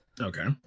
Okay